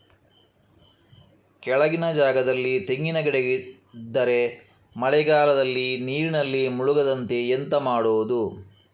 ಕೆಳಗಿನ ಜಾಗದಲ್ಲಿ ತೆಂಗಿನ ಗಿಡ ಇದ್ದರೆ ಮಳೆಗಾಲದಲ್ಲಿ ನೀರಿನಲ್ಲಿ ಮುಳುಗದಂತೆ ಎಂತ ಮಾಡೋದು?